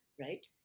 right